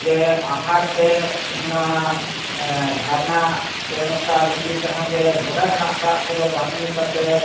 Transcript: ᱡᱮ ᱟᱦᱟᱨ ᱥᱮ ᱱᱚᱣᱟ ᱡᱷᱟᱨᱱᱟ ᱥᱮ ᱱᱚᱝᱠᱟ ᱞᱤᱸᱜᱤ ᱡᱟᱦᱟᱸ ᱰᱷᱚᱸᱰᱟ ᱨᱮᱱᱟᱜ ᱫᱟᱜ ᱠᱚᱫᱚ ᱵᱟᱝ ᱧᱩ ᱠᱟᱛᱮᱫ